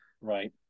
Right